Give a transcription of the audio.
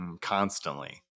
constantly